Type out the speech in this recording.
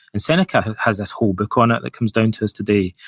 and seneca has this whole book on it that comes down to us today.